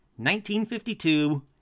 1952